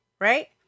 right